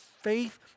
Faith